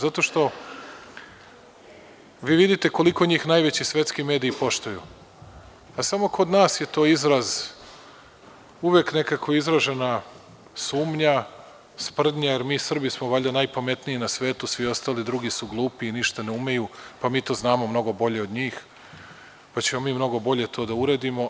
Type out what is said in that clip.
Zato što vi vidite koliko njih najveći svetski mediji poštuju, a samo kod nas je uvek nekako izražena sumnja, sprdnja, jer mi Srbi smo valjda najpametniji na svetu, a svi ostali drugi su glupi i ništa ne umeju, pa mi to znamo mnogo bolje od njih, pa ćemo mi mnogo bolje to da uradimo.